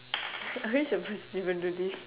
are we suppose to even do this